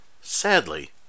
sadly